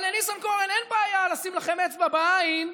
אבל לניסנקורן אין בעיה לשים לכם אצבע בעין,